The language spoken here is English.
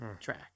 track